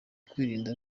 kwirinda